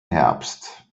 herbst